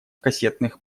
кассетных